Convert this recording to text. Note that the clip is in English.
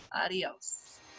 adios